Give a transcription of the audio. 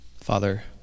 Father